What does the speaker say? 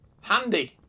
Handy